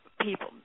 people